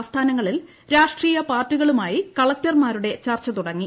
ആസ്ഥാനങ്ങളിൽ രാഷ്ട്രീയ പാർട്ടികളുമായി കളക്ടർമാരുടെ ചർച്ച തുടങ്ങി